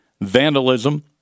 vandalism